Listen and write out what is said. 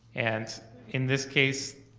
and in this case,